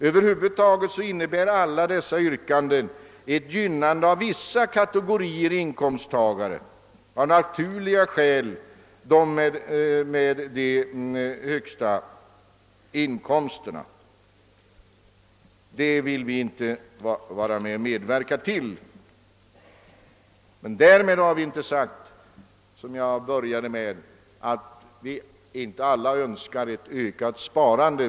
Över huvud taget innebär alla dessa yrkanden ett gynnande av vissa kategorier inkomsttagare, av naturliga skäl dem som har de högsta inkomsterna. Det vill vi inte medverka till. Därmed har vi, som jag framhöll i början av mitt anförande, inte sagt att vi inte alla önskar ett ökat sparande.